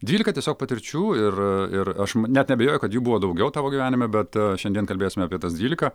dvylika tiesiog patirčių ir ir aš net neabejoju kad jų buvo daugiau tavo gyvenime bet šiandien kalbėsime apie tas dvylika